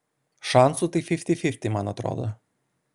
šansų tai fifty fifty man atrodo